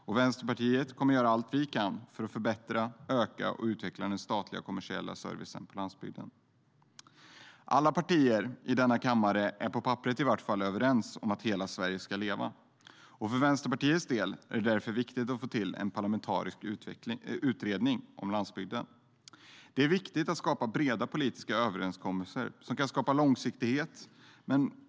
Vi i Vänsterpartiet kommer att göra allt vi kan för att förbättra, öka och utveckla den statliga och kommersiella servicen på landsbygden. Alla partier i denna kammare är i varje fall på papperet överens om att hela Sverige ska leva. För Vänsterpartiets del är det därför viktigt att få till en parlamentarisk utredning om landsbygden. Det är viktigt att skapa breda politiska överenskommelser som kan skapa långsiktighet.